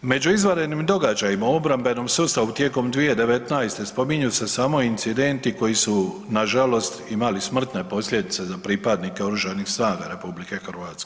Među izvanrednim događajima u obrambenom sustavu tijekom 2019. spominju se samo incidenti koji su nažalost imali smrtne posljedice za pripadnike Oružanih snaga RH.